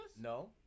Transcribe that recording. No